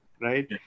right